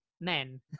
men